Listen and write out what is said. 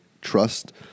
trust